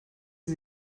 sie